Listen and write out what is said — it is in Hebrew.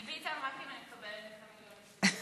אני ביטן רק אם אני מקבלת את המיליונים שלו.